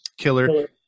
killer